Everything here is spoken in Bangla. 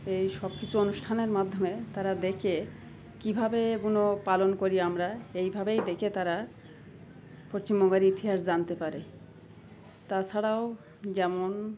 এই সব কিছু অনুষ্ঠানের মাধ্যমে তারা দেখে কীভাবে গুনো পালন করি আমরা এইভাবেই দেখে তারা পশ্চিমবঙ্গের ইতিহাস জানতে পারে তাছাড়াও যেমন